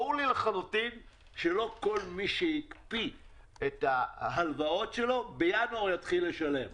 ברור לי לחלוטין שלא כל מי שהקפיא את ההלוואות שלו יתחיל בינואר לשלם.